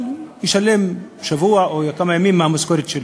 אבל ישלם שבוע או כמה ימים מהמשכורת שלו.